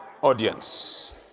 audience